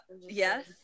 Yes